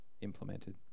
implemented